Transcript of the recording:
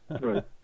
Right